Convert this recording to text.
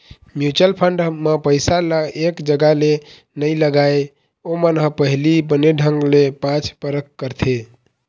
mutual fund म पइसा ल एक जगा नइ लगाय, ओमन ह पहिली बने ढंग ले जाँच परख करथे